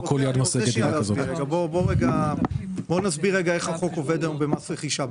אני רוצה להסביר רגע איך החוק עובד היום במס רכישה.